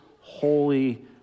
holy